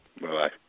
Bye-bye